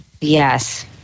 Yes